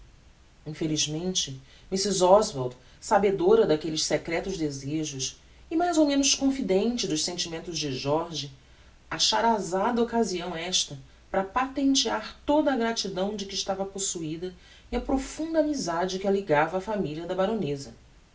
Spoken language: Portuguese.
infelizmente mrs oswald sabedora daquelles secretos desejos e mais ou menos confidente dos sentimentos de jorge achara azada occasíão esta para patentear toda a gratidão de que estava possuida e a profunda amizade que a ligava á familia da baroneza